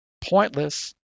pointless